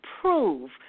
prove